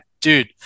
dude